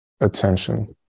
attention